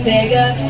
Bigger